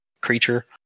creature